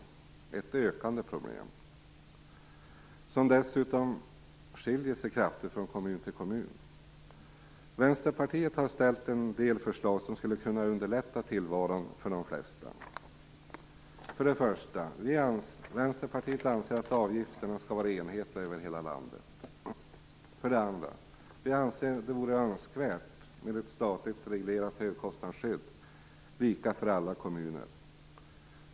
Det är ett ökande problem, som dessutom skiljer sig kraftigt från kommun till kommun. Vänsterpartiet har lagt fram en del förslag som skulle kunna underlätta tillvaron för de flesta. 1. Vänsterpartiet anser att avgifterna skall vara enhetliga över hela landet. 2. Vi anser att det vore önskvärt med ett statligt reglerat högkostnadsskydd, lika för alla kommuner.